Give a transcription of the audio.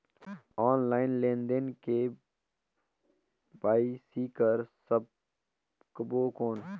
Online लेनदेन बिना KYC कर सकबो कौन??